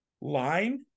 line